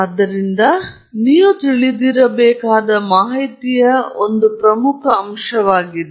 ಆದ್ದರಿಂದ ನೀವು ತಿಳಿದಿರಬೇಕಾದ ಮಾಹಿತಿಯ ಒಂದು ಪ್ರಮುಖ ಅಂಶವಾಗಿದೆ